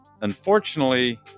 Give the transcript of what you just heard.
unfortunately